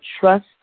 trust